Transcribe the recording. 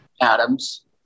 Adams